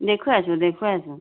দেখুৱাই আছোঁ দেখুৱাই আছোঁ